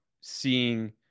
seeing